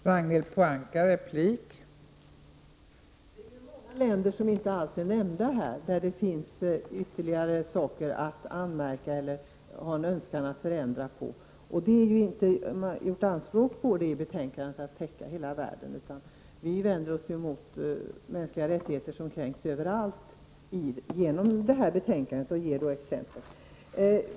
Fru talman! Det är många länder som inte har nämnts här, där det finns förhållanden att anmärka på eller en önskan att förändra. Vi har inte gjort anspråk på att betänkandet skall täcka hela världen, utan vi vänder oss emot de kränkningar av de mänskliga rättigheterna som sker överallt, och vi har anfört några exmpel på detta.